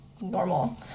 normal